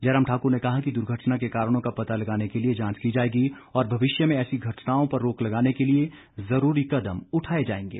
जयराम ठाकुर ने कहा कि दुर्घटना के कारणों का पता लगाने के लिए जांच की जाएगी और भविष्य में ऐसी घटनाओं पर रोक लगाने के लिए जरूरी कदम उठाए जाएंगे